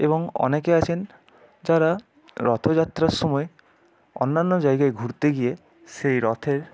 এবং অনেকে আছেন যারা রথযাত্রার সময় অন্যান্য জায়গায় ঘুরতে গিয়ে সেই রথের